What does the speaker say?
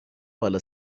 بالا